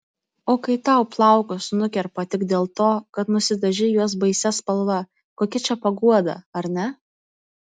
o kai tau plaukus nukerpa tik dėl to kad nusidažei juos baisia spalva kokia čia paguoda ar ne